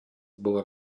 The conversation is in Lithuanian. buvo